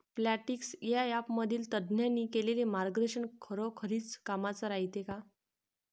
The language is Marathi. प्लॉन्टीक्स या ॲपमधील तज्ज्ञांनी केलेली मार्गदर्शन खरोखरीच कामाचं रायते का?